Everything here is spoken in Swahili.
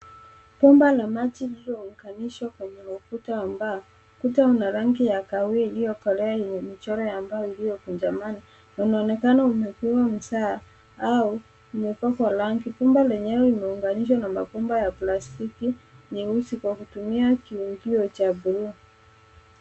Bomba la maji lililounganishwa kwenye ukuta wa mbao. Ukuta una rangi ya kahawia iliyokolea wenye michoro ya mbao iliyokunjamana na unaonekana umepigwa msasa au umepakwa rangi. Bomba lenyewe limeunganishwa na mabomba ya plastiki nyeusi kwa kutumia kiungio cha bluu.